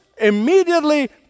immediately